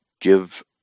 give